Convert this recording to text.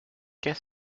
qu’est